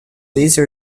those